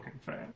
fan